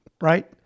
right